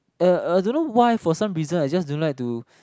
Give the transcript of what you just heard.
uh I don't know why for some reason I just don't like to